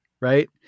right